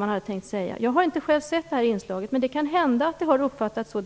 vad man vill säga. Jag har inte själv sett inslaget i fråga, men det kan hända att det har uppfattats så här.